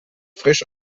frisch